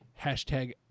Hashtag